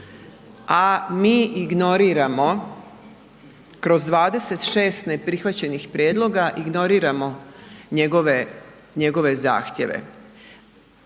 a mi ignoriramo kroz 26 neprihvaćenih prijedloga, ignoriramo njegove zahtjeve.